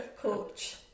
coach